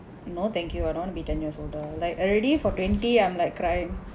no thank you I don't wanna be ten years older like already for twenty I'm like crying